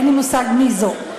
אין לי מושג איזו,